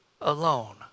alone